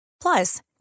Plus